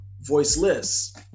voiceless